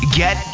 get